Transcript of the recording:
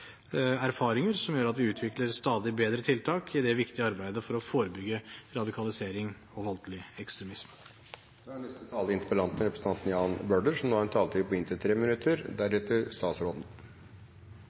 erfaringer, som gjør at vi utvikler stadig bedre tiltak i det viktige arbeidet for å forebygge radikalisering og voldelig ekstremisme. Jeg vil takke statsråden for et godt og informativt innlegg. Som